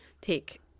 take